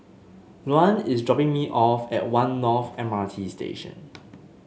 Luann is dropping me off at One North M R T Station